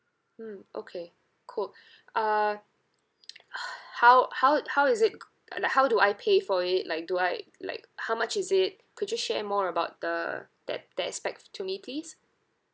mm okay cool uh how how how is it cou~ uh like how do I pay for it like do I like how much is it could you share more about the that that aspect to me please